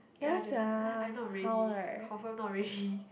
then I just like I I'm not ready confirm not ready